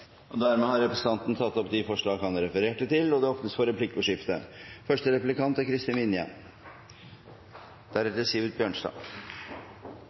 og SV står sammen om. Dermed har representanten Trond Giske tatt opp de forslagene han refererte til. Det blir replikkordskifte.